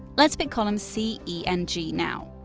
let's pick columns c, e and g, now.